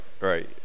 Right